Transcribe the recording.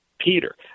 Peter